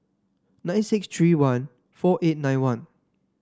nine six three one four eight nine one